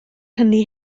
hynny